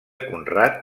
conrad